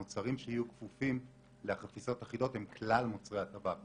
המוצרים שיהיו כפופים לחפיסות אחידות הן כלל מוצרי הטבק.